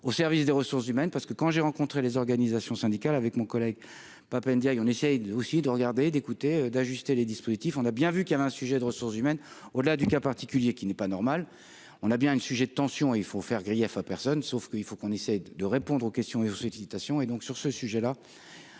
au service des ressources humaines, parce que quand j'ai rencontré les organisations syndicales, avec mon collègue Pap Ndiaye on essaie aussi de regarder, d'écouter, d'ajuster les dispositifs, on a bien vu qu'il avait un sujet de ressources humaines, au-delà du cas particulier qui n'est pas normal, on a bien une sujet de tension, il faut faire grief à personne, sauf qu'il faut qu'on essaye de répondre aux questions et aux sollicitations et donc sur ce sujet-là,